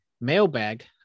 mailbag